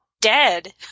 dead